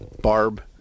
Barb